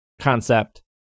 concept